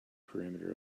perimeter